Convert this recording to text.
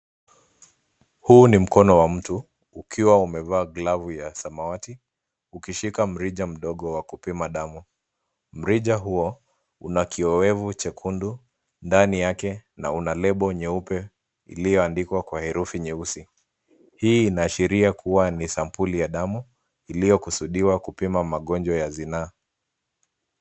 Huu ni mkono wa mtu ,ukiwa umevaa glovu ya samawati, ukishika mrija mdogo wa kupima damu .Mrija huo una kioevu chekundu, ndani yake na una lebo nyeupe iliyoandikwa kwa herufi nyeusi. Hii inaashiria kuwa ni sampuli ya damu ,iliyokusudiwa kupima magonjwa ya zinaa.